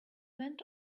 went